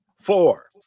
four